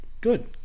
Good